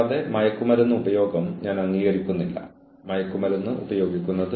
കൂടാതെ നിങ്ങൾ കുറഞ്ഞത് തീയതിയുടെയും സമയത്തിന്റെയും റെക്കോർഡ് സൂക്ഷിക്കുക